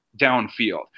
downfield